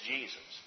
Jesus